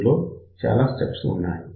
ఇందులో చాలా స్టెప్స్ ఉన్నాయి